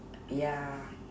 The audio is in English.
yeah